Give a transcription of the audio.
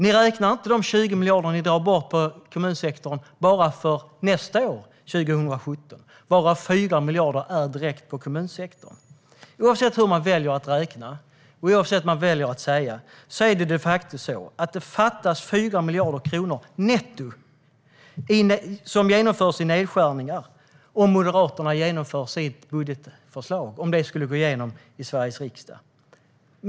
Ni räknar inte de 20 miljarder ni drar bort från kommunsektorn bara för nästa år, 2017. Bara 4 miljarder går direkt till kommunsektorn. Oavsett hur man väljer att räkna och vad man väljer att säga är det de facto så att det fattas 4 miljarder kronor netto till följd av nedskärningar om Moderaternas budgetförslag skulle gå igenom i Sverige riksdag.